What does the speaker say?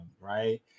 right